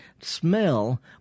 smell